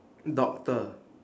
doctor